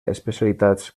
especialitats